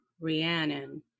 rhiannon